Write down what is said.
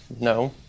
No